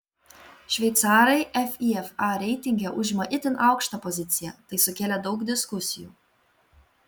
šveicarai fifa reitinge užima itin aukštą poziciją tai sukėlė daug diskusijų